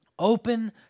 open